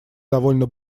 довольно